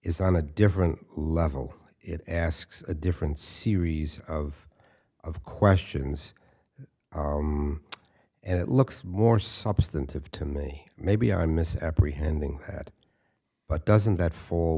is on a different level it asks a different series of of questions and it looks more substantive to me maybe i miss em pretending that but doesn't that fall